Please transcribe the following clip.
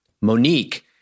Monique